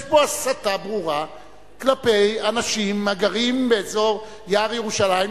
יש פה הסתה ברורה כלפי אנשים הגרים באזור יער ירושלים,